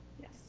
Yes